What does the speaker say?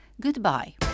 Goodbye